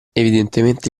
evidentemente